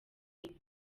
inyuma